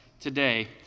today